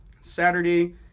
Saturday